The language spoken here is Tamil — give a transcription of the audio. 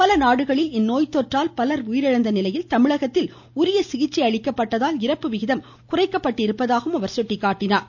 பல நாடுகளில் இந்நோய்த்தொற்றால் பலர் உயிரிழந்த நிலையில் தமிழகத்தில் உரிய சிகிச்சை அளிக்கப்பட்டதால் இறப்பு விகிதம் குறைக்கப்பட்டிருப்பதாக தெரிவித்தார்